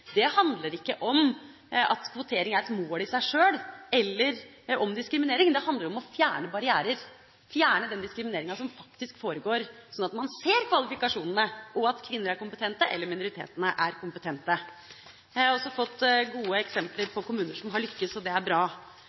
Det handler ikke om at kvotering er et mål i seg sjøl eller om diskriminering. Det handler om å fjerne barrierer, fjerne den diskrimineringa som faktisk foregår, slik at man ser kvalifikasjonene, og at kvinner eller minoritetene er kompetente. Jeg har også fått gode eksempler på kommuner som har lyktes, og det er bra.